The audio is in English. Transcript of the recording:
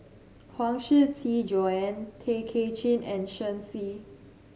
Huang Shiqi Joan Tay Kay Chin and Shen Xi